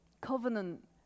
Covenant